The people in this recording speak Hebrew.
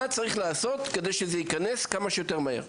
מה צריך לעשות כדי שזה ייכנס כמה שיותר מהר?